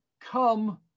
come